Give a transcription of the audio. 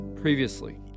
previously